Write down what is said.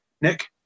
Nick